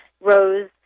rose